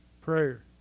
Prayer